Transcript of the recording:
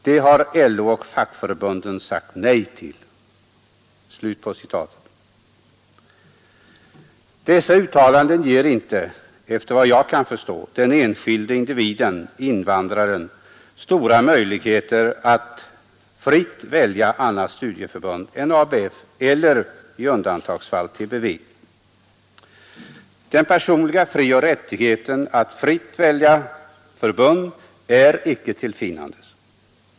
Det har LO och fackförbunden sagt nej till.” Dessa uttalanden ger inte, efter vad jag kan förstå, den enskilde individen, invandraren, stora möjligheter att fritt välja annat studieförbund än ABF eller i undantagsfall TBV. Den personliga frioch rättigheten att fritt välja förbund är icke till finnandes.